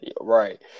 Right